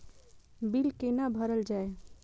Bill कैना भरल जाय?